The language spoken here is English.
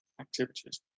activities